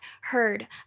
heard